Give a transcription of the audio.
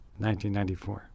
1994